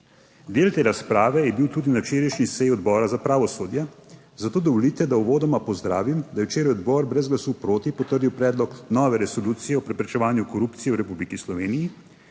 Del te razprave je bil tudi na včerajšnji seji Odbora za pravosodje, zato dovolite, da uvodoma pozdravim, da je včeraj odbor brez glasu proti potrdil predlog nove Resolucije o preprečevanju korupcije v Republiki Sloveniji,